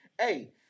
hey